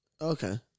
Okay